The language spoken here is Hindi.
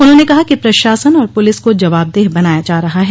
उन्होंने कहा कि प्रशासन और पुलिस को जवाबदेह बनाया जा रहा है